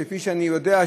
כפי שאני יודע,